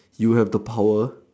you have the power